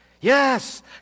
Yes